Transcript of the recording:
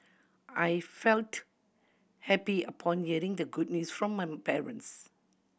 I felt happy upon hearing the good news from my parents